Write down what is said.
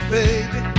baby